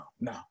no